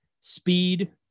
Speed